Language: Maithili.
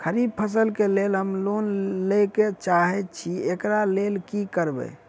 खरीफ फसल केँ लेल हम लोन लैके चाहै छी एकरा लेल की करबै?